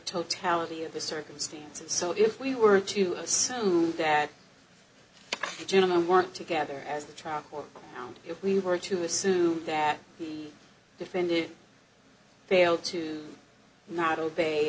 totality of the circumstances so if we were to assume that the gentleman weren't together as a child or if we were to assume that he defended fail to not obey